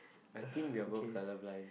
I think we're both colour blind